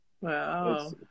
Wow